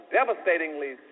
devastatingly